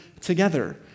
together